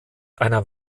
einer